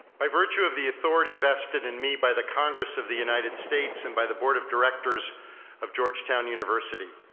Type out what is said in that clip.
by virtue of the authority vested in me by the congress of the united states and by the board of directors of georgetown university,